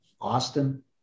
Austin